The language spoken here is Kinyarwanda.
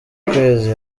kwezi